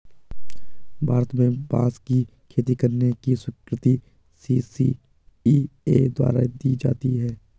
भारत में बांस की खेती करने की स्वीकृति सी.सी.इ.ए द्वारा दी जाती है